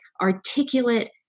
articulate